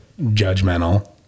judgmental